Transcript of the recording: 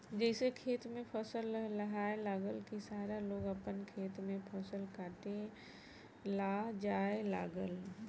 जइसे खेत में फसल लहलहाए लागल की सारा लोग आपन खेत में फसल काटे ला जाए लागल